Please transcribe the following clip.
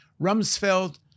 Rumsfeld